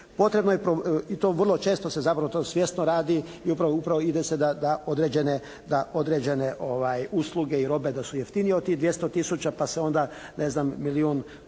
Potrebno je i to vrlo često se zapravo to svjesno radi i upravo ide se na određene usluge i robe da su jeftinije od tih 200 tisuća pa se onda ne